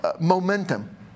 momentum